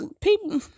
people